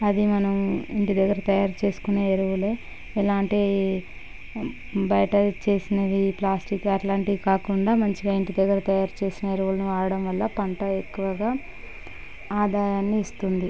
అది మనం ఇంటిదగ్గర తయారుచేసుకునే ఎరువులు ఎలాంటి బయట చేసినవి ప్లాస్టిక్ అట్లాంటివి కాకుండా మంచిగా ఇంటిదగ్గర తయారుచేసిన ఎరువులను వాడడంవల్ల పంట ఎక్కువగా ఆదాయాన్ని ఇస్తుంది